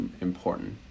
important